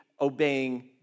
obeying